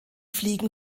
fliegen